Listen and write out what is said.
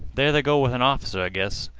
there they go with an off'cer, i guess.